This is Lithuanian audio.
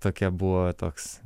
tokia buvo toks